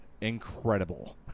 incredible